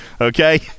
okay